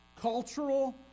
cultural